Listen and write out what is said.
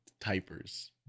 typers